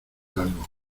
algo